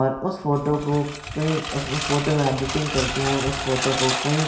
और उस फोटो को कई उसमें फोटो में एडिटिंग करके हम उस फोटो को कई